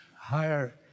higher